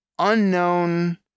Unknown